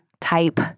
type